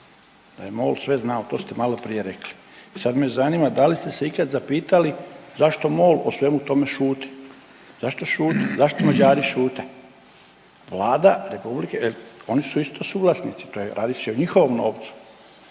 Da je MOL sve znao, to ste maloprije rekli. I sad me zanima da li ste se ipak zapitali zašto MOL o svemu tome šuti? Zašto šuti, zašto Mađari šute? Vlada republike, oni su isto suvlasnici to je radi se i o njihovom novcu.